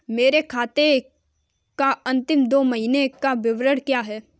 मेरे खाते का अंतिम दो महीने का विवरण क्या है?